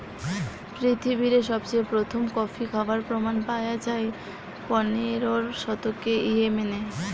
পৃথিবীরে সবচেয়ে প্রথম কফি খাবার প্রমাণ পায়া যায় পনেরোর শতকে ইয়েমেনে